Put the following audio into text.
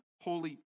holy